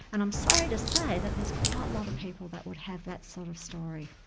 and i'm sorry to say that there's quite a lot of people that would have that sort of story.